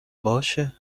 باشه